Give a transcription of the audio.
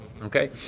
okay